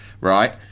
right